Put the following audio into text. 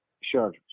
Sure